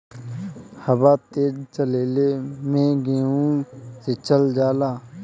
हवा तेज चलले मै गेहू सिचल जाला?